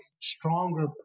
stronger